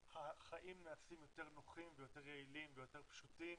החיים נעשים יותר נוחים ויותר יעילים ויותר פשוטים